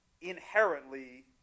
inherently